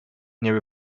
near